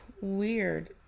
weird